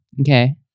Okay